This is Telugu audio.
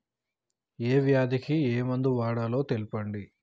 ఏ వ్యాధి కి ఏ మందు వాడాలో తెల్పండి?